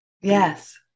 Yes